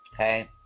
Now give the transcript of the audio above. Okay